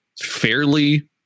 fairly